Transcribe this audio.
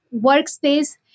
workspace